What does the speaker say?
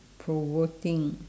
provoking